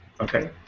Okay